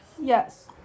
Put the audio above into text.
Yes